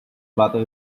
butter